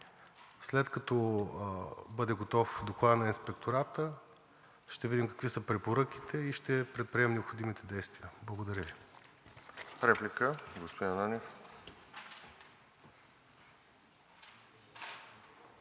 След като бъде готов докладът на Инспектора, ще видим какви са препоръките и ще предприемем необходимите действия. Благодаря Ви.